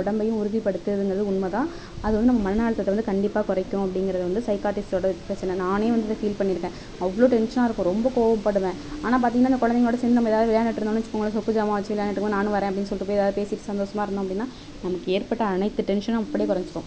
உடம்பையும் உறுதிப்படுத்துதுங்கிறது உண்மைதான் அது வந்து நம்ம மன அழுத்தத்தை வந்து கண்டிப்பாக குறைக்கும் அப்படிங்கறது வந்து சைக்காரிஸ்ட்டோட பிரச்சின நானே வந்து ஃபீல் பண்ணியிருக்கேன் அவ்வளோ டென்ஷனாக இருக்கும் ரொம்ப கோபப்படுவேன் ஆனால் பார்த்தீங்கன்னா அந்த குழந்தைகளோட சேர்ந்து நம்ம ஏதாவது விளாந்துட்டுருந்தோம்னு வைச்சுக்கோங்களேன் சாெப்பு சாமான் வைச்சு விளாண்டுகிட்டுருக்கும் போது நானும் வரேன் அப்படின்னு சொல்லிட்டு போய் ஏதாவது பேசிகிட்டு சந்தோஷமாக இருந்தோம் அப்படின்னா நமக்கு ஏற்பட்ட அனைத்து டென்ஷனும் அப்படியே குறைஞ்சிடும்